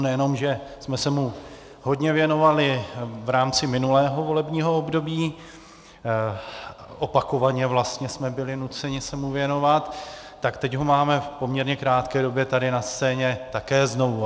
Nejenom že jsme se mu hodně věnovali v rámci minulého volebního období, opakovaně vlastně jsme byli nuceni se mu věnovat, tak teď ho máme v poměrně krátké době tady na scéně také znovu.